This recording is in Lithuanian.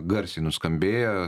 garsiai nuskambėjo